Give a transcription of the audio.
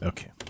Okay